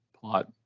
plot